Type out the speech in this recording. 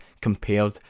compared